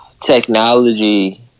technology